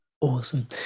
Awesome